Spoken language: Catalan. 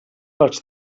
roig